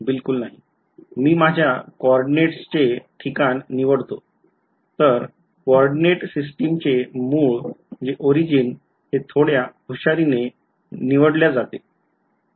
बिलकुल नाही मी माझ्या कोऑर्डिनेट्सचे ठिकाण निवडतो तर कोऑर्डिनेट सिस्टिमचे मूळ हे थोड्या हुशारी ने निवडल्या जाते